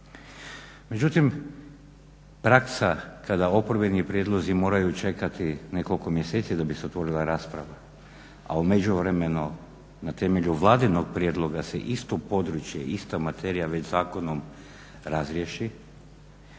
Međutim, rat sa, kada oporbeni prijedlozi moraju čekati nekoliko mjeseci da bi se otvorila rasprava, a u međuvremenu na temelju Vladinog prijedloga se isto područje, ista materija već zakonom razriješi,